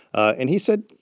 and he said,